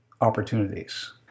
opportunities